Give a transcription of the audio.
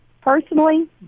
personally